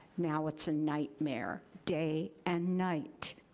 now, it's a nightmare, day and night,